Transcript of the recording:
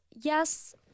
yes